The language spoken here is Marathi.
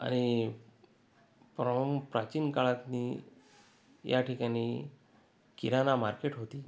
आणि फ्रॉम प्राचीन काळातून या ठिकाणी किराणा मार्केट होती